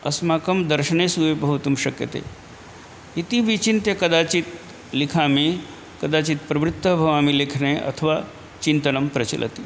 अस्माकं दर्शनेषु ये भवितुं शक्यते इति विचिन्त्य कदाचित् लिखामि कदाचित् प्रवृत्तो भवामि लेखने अथवा चिन्तनं प्रचलति